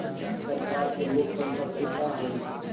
सरकार के मुख्य संपत्ति का हइ?